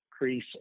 increase